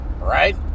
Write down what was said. right